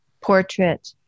portrait